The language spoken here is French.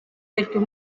quelques